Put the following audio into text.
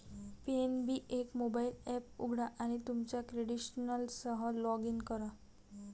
PNB एक mobile app उघडा आणि तुमच्या क्रेडेन्शियल्ससह लॉग इन करा